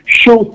show